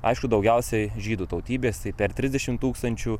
aišku daugiausiai žydų tautybės per trisdešimt tūkstančių